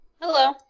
Hello